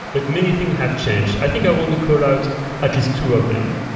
but many thing have changed. i think i want to call out at least two of them.